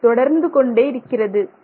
இது தொடர்ந்து கொண்டே இருக்கிறது